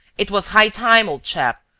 it was high time, old chap,